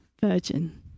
virgin